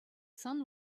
sun